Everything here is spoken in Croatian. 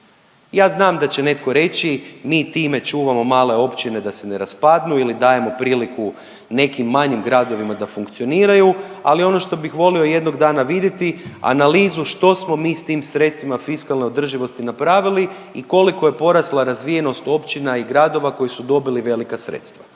Ja znam da će netko reći mi time čuvamo male općine da se ne raspadnu ili dajemo priliku nekim manjim gradovima da funkcioniraju. Ali ono što bih volio jednog dana vidjeti analizu što smo mi s tim sredstvima fiskalne održivosti napravili i koliko je porasla razvijenost općina i gradova koji su dobili velika sredstva.